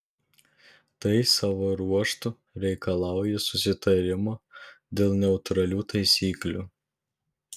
tai savo ruožtu reikalauja susitarimo dėl neutralių taisyklių